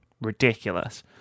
ridiculous